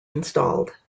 installed